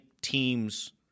teams